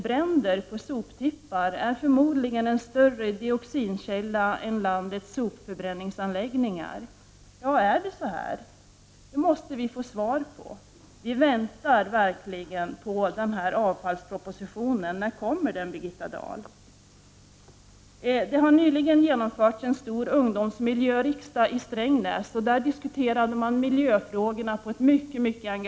Bränder på soptippar är förmodligen en större dioxinkälla än landets sopförbränningsanläggningar. Är det så? Det måste vi få svar på. Vi väntar verkligen på avfallspropositionen. När kommer den, Birgitta Dahl? Det har nyligen genomförts en stor ungdomsmiljöriksdag i Strängnäs. Där diskuterades miljöfrågorna på ett mycket engagerat sätt.